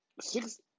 Six